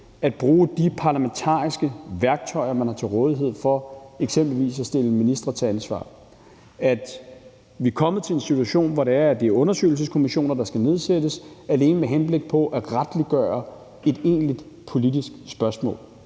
at bruge de parlamentariske værktøjer, man har til rådighed til eksempelvis at stille ministre til ansvar – at vi er kommet til en situation, hvor det er, at det er undersøgelseskommissioner, der skal nedsættes alene med henblik på at retliggøre et egentligt politisk spørgsmål.